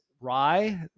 rye